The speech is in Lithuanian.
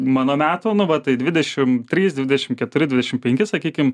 mano metų nu va tai dvidešim trys dvidešim keturi dvidešim penki sakykim